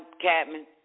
Catman